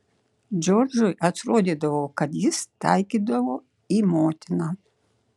džordžui atrodydavo kad jis taikydavo į motiną